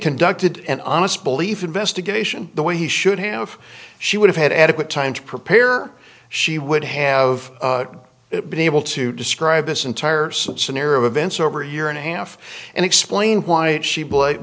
conducted an honest belief investigation the way he should have she would have had adequate time to prepare she would have been able to describe this entire scenario of events over a year and a half and explain why she bl